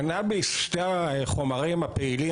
קנביס, שתי החומרים הפעילים